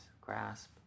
grasp